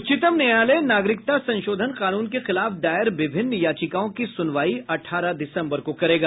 उच्चतम न्यायालय नागरिकता संशोधन कानून के खिलाफ दायर विभिन्न याचिकाओं की सुनवाई अठारह दिसम्बर को करेगा